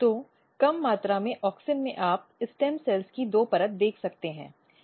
तो कम मात्रा में ऑक्सिन में आप स्टेम कोशिकाओं की दो परत देख सकते हैं